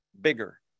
bigger